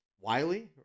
Wiley